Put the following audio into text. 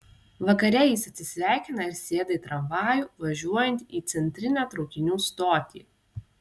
vakare jis atsisveikina ir sėda į tramvajų važiuojantį į centrinę traukinių stotį